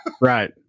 Right